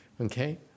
Okay